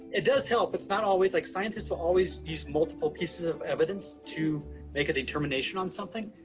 it does help. it's not always like scientists will always use multiple pieces of evidence to make a determination on something,